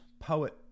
poet